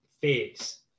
face